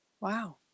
wow